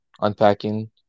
Unpacking